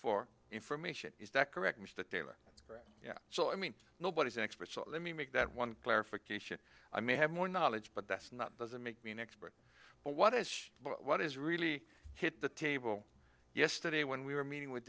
for information is that correct which that they are right yeah so i mean nobody's an expert so let me make that one clarification i may have more knowledge but that's not doesn't make me an expert but what is what is really hit the table yesterday when we were meeting with